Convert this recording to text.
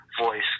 voice